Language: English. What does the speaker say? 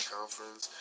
Conference